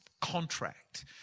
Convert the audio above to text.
contract